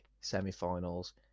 semi-finals